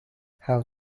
how